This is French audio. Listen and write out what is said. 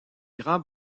grands